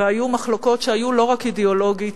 והיו מחלוקות שהיו לא רק אידיאולוגיות,